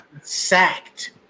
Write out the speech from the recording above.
sacked